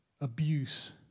abuse